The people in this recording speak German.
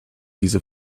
diese